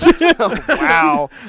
Wow